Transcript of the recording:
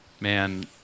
man